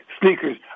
sneakers